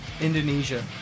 Indonesia